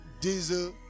diesel